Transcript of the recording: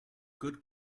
good